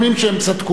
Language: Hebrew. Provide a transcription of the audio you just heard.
שהם צדקו.